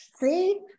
See